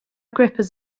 grippers